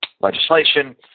legislation